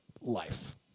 life